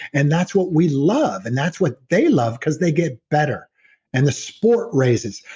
and that's what we love, and that's what they love because they get better and the sport raises.